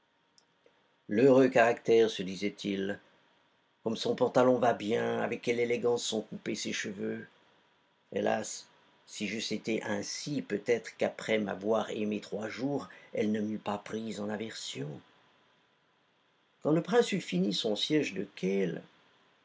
l'heureux caractère se disait-il comme son pantalon va bien avec quelle élégance sont coupés ses cheveux hélas si j'eusse été ainsi peut-être qu'après m'avoir aimé trois jours elle ne m'eût pas pris en aversion quand le prince eut fini son siège de kehl